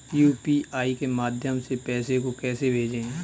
UPI के माध्यम से पैसे को कैसे भेजें?